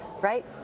right